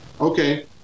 Okay